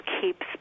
keeps